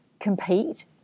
compete